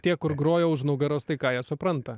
tie kur groja už nugaros tai ką jie supranta